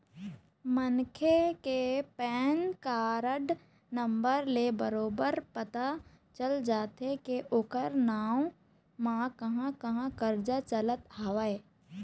मनखे के PAN card number ले बरोबर पता चल जाथे के ओखर नांव म कहाँ कहाँ करजा चलत हवय